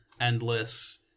endless